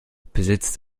besitzt